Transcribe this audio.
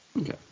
Okay